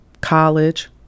college